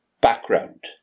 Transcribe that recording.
background